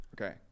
Okay